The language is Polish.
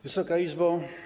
Wysoka Izbo!